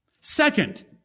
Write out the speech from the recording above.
Second